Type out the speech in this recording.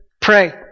Pray